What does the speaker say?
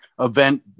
event